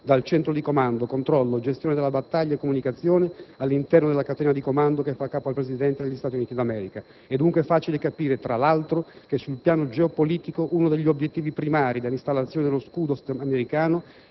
dal Centro di comando, controllo, gestione della battaglia e comunicazioni, all'interno della catena di comando che fa capo al Presidente degli Stati Uniti d'America. È dunque facile capire - tra l'altro - che sul piano geopolitico uno degli obiettivi primari dell'installazione dello scudo americano